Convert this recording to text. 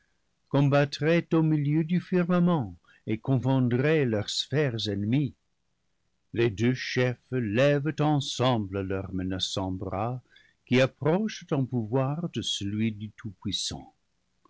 combattraient au milieu du firmament et confondraient leurs sphères ennemies les deux chefs lèvent ensemble leurs menaçants bras qui approchent en pouvoir de celui du